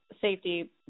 safety